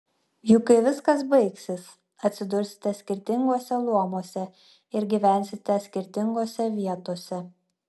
juk kai viskas baigsis atsidursite skirtinguose luomuose ir gyvensite skirtingose vietose